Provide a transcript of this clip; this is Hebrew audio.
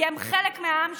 כי הם חלק מהעם שלנו,